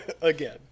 again